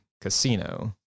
casino